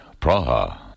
Praha